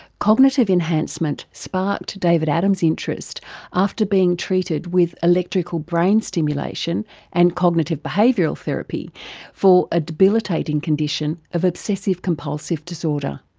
cognitive enhancement sparked david adam's interest after being treated with electrical brain stimulation and cognitive behavioural therapy for a debilitating condition of obsessive compulsive disorder.